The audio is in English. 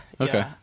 Okay